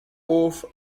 offre